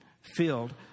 filled